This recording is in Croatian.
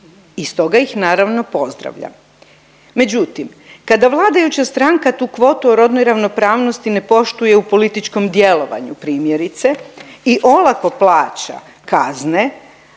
I stoga ih naravno, pozdravljam. Međutim, kada vladajuća stranka tu kvotu o rodnoj ravnopravnosti ne poštuje u političkom djelovanju, primjerice, i olako plaća kazne,